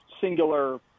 singular